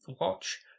watch